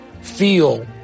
feel